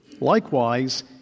likewise